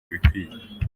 ibikwiye